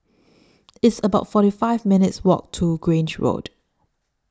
It's about forty five minutes' Walk to Grange Road